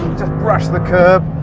just brushed the curb.